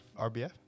RBF